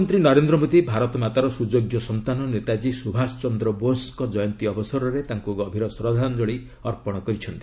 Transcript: ପ୍ରଧାନମନ୍ତ୍ରୀ ନରେନ୍ଦ୍ର ମୋଦି ଭାରତମାତାର ସୁଯୋଗ୍ୟ ସନ୍ତାନ ନେତାଜୀ ସୁଭାଷ ଚନ୍ଦ୍ର ବୋଷ୍ଙ୍କ ଜୟନ୍ତୀ ଅବସରରେ ତାଙ୍କୁ ଗଭୀର ଶ୍ରଦ୍ଧାଞ୍ଜଳି ଅର୍ପଣ କରିଛନ୍ତି